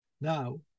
Now